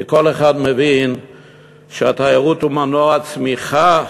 כי כל אחד מבין שהתיירות היא מנוע צמיחה